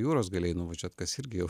jūros galėjai nuvažiuot kas irgi